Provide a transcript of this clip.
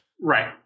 Right